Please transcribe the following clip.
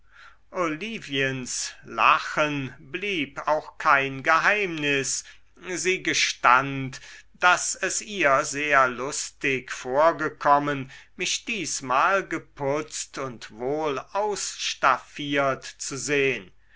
oliviens lachen blieb auch kein geheimnis sie gestand daß es ihr sehr lustig vorgekommen mich diesmal geputzt und wohl ausstaffiert zu sehn